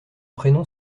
prénom